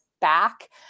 back